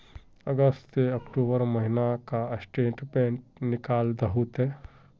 अगस्त से अक्टूबर महीना का स्टेटमेंट निकाल दहु ते?